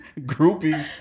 groupies